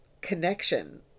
connection